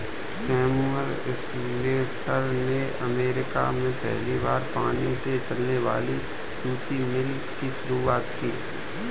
Samuel Slater ने America में पहली पानी से चलने वाली सूती मिल की शुरुआत की